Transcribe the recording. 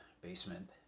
basement